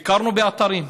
ביקרנו באתרים,